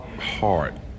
hard